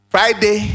Friday